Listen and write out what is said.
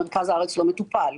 מרכז הארץ לא מטופל.